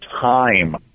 time